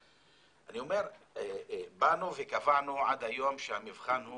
אני אומר, באנו וקבענו עד היום שהמבחן הוא